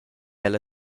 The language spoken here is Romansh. ella